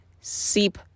seep